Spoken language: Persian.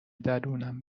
درونم